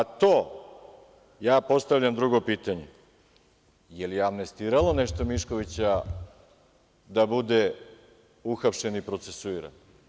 A to, ja postavljam drugo pitanje – jel amnestiralo nešto Miškovića da bude uhapšen i procesuiran?